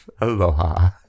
aloha